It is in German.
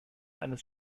eines